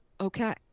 Okay